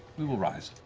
we will rise.